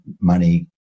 money